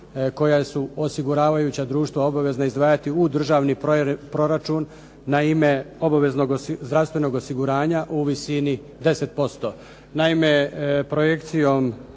koja su osiguravajuća društva obavezna izdvajati u državni proračun na ime obaveznog zdravstvenog osiguranja u visini 10%.